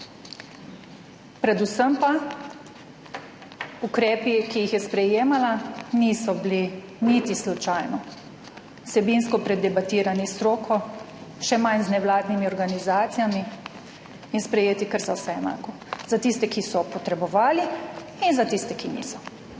Predvsem pa, ukrepi, ki jih je sprejemala, niso bili niti slučajno vsebinsko predebatirani s stroko, še manj z nevladnimi organizacijami, in sprejeti kar za vse enako. Za tiste, ki so potrebovali, in za tiste, ki niso.